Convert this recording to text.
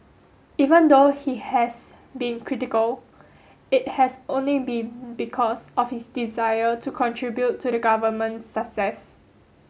even though he has been critical it has only been because of his desire to contribute to the government's success